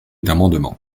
d’amendements